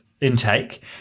intake